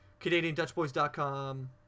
CanadianDutchBoys.com